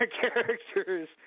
characters